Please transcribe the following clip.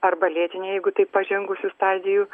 arba lėtinė jeigu tai pažengusių stadijų